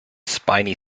spiny